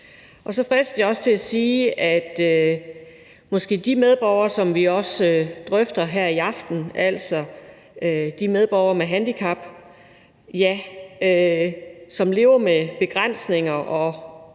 Så fristes jeg også til at sige, at hvad angår de medborgere, som vi drøfter her i aften, altså de medborgere med handicap, som lever med begrænsninger og